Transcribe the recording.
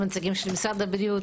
הנציגים של משרד הבריאות,